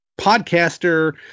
podcaster